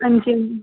अंजी